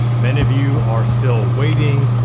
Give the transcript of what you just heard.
many of you are still waiting.